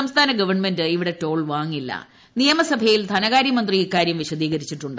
സംസ്ഥാന ഗവൺമെന്റ് ഇവിടെ ടോൾ വാങ്ങില്ലു നിയമസഭയിൽ ധനകാര്യമന്ത്രി ഇക്കാര്യം വിശദീകരിച്ചിട്ടുണ്ട്